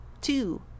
two